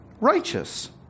righteous